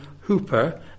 Hooper